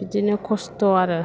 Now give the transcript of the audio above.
बिदिनो खस्थ' आरो